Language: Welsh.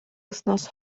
wythnos